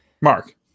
Mark